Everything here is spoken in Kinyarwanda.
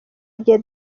igihe